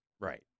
right